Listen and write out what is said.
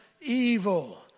evil